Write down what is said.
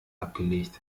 abgelegt